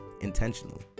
intentionally